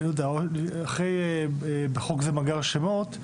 אחרי 'בחוק זה מאגר השמות',